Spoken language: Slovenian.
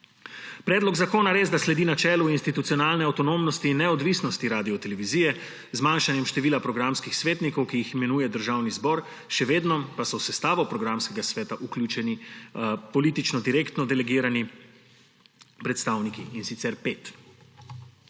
Predlog zakona resda sledi načelu institucionalne avtonomnosti in neodvisnosti Radiotelevizije z zmanjšanjem števila programskih svetnikov, ki jih imenuje Državni zbor, še vedno pa so v sestavo programskega sveta vključeni politično direktno delegirani predstavniki, in sicer pet.